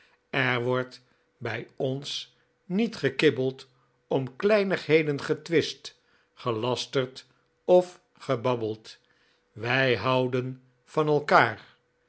er wordt bij ons niet gekibbeld om kleinigheden getwist gelasterd of gebabbeld wij houden van elkaar